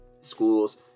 schools